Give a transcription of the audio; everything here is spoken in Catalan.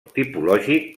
tipològic